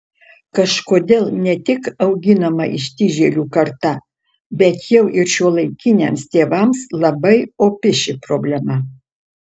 kažkodėl ne tik auginama ištižėlių karta bet jau ir šiuolaikiniams tėvams labai opi ši problema